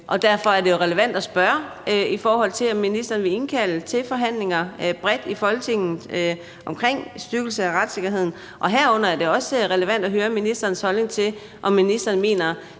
Derfor er det relevant at spørge, om ministeren vil indkalde til forhandlinger bredt i Folketinget om styrkelse af retssikkerheden, og herunder er det også relevant at høre ministerens holdning, med hensyn til om ministeren mener,